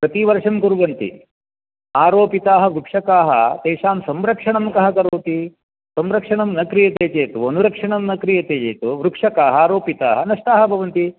प्रतिवर्षं कुर्वन्ति आरोपिताः वृक्षकाः तेषां संरक्षणं कः करोति संरक्षणं न क्रियते चेत् वनरक्षणं न क्रियते चेत् वृक्षकाः आरोपिताः नष्टाः भवन्ति